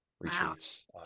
retreats